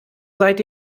seit